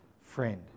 friend